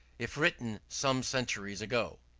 if written some centuries ago.